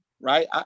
right